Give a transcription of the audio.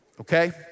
okay